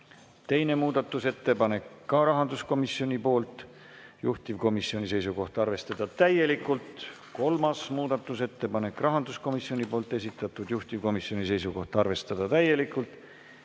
Teine muudatusettepanek, ka rahanduskomisjonilt, juhtivkomisjoni seisukoht on arvestada täielikult. Kolmas muudatusettepanek, rahanduskomisjoni esitatud, juhtivkomisjoni seisukoht on arvestada täielikult.